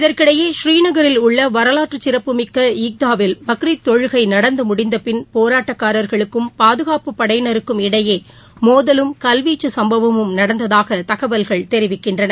இதற்கிடையே ஸ்ரீநகரில் உள்ள வரலாற்று சிறப்புமிக்க ஈத்காவில் பக்ரித் தொழுகை நடந்து முடிந்த பின் போராட்டக்காரர்களுக்கும் பாதுகாப்புப் படையினருக்கும் இடையே மோதலும் கல்வீச்சு சும்பவமும் நடந்ததாக தகவல்கள் தெரிவிக்கின்றன